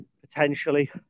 potentially